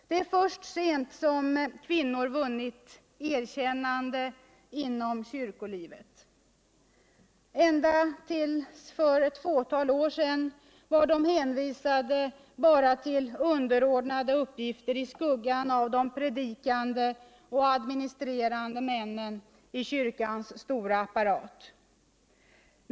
Det är först sent som kvinnor vunnit erkännande inom kyrkolivet. Ända tills för ett fåtal år sedan var de hänvisade bara till underordnade uppgifter i skuggan av de predikande och administrerande männen i kyrkans stora apparat.